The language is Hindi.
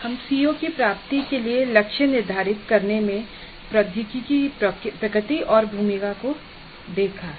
हमने CO की प्राप्ति के लिए लक्ष्य निर्धारित करने में प्रौद्योगिकी की प्रकृति और भूमिका को देखा है